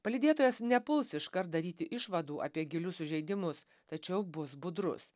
palydėtojas nepuls iškart daryti išvadų apie gilius sužeidimus tačiau bus budrus